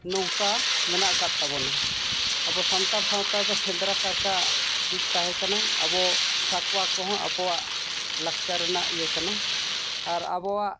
ᱱᱚᱝᱠᱟ ᱢᱮᱱᱟᱜ ᱠᱟᱫ ᱛᱟᱵᱳᱱᱟ ᱟᱵᱚ ᱥᱟᱱᱛᱟᱲ ᱥᱟᱶᱛᱟ ᱫᱚ ᱥᱮᱸᱫᱽᱨᱟ ᱠᱟᱨᱠᱟ ᱡᱩᱜᱽ ᱛᱟᱦᱮᱸ ᱠᱟᱱᱟ ᱟᱵᱚ ᱥᱟᱠᱣᱟ ᱠᱚᱦᱚᱸ ᱟᱠᱚᱣᱟᱜ ᱞᱟᱠᱪᱟᱨ ᱨᱮᱭᱟᱜ ᱤᱭᱟᱹ ᱠᱟᱱᱟ ᱟᱨ ᱟᱵᱚᱣᱟᱜ